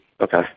Okay